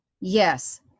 yes